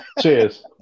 Cheers